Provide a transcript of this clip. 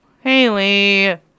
Haley